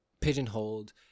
pigeonholed